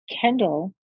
Kendall